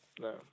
no